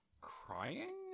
crying